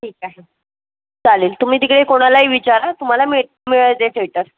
ठीक आहे चालेल तुम्ही तिकडे कोणालाही विचारा तुम्हाला मिळ मिळेल ते थेटर